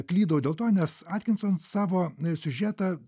klydau dėl to nes atkinson savo siužetą